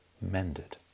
mended